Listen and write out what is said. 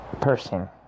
person